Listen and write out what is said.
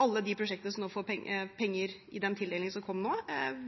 Alle de prosjektene som får penger i den tildelingen som kom nå,